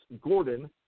Gordon